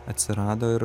atsirado ir